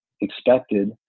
expected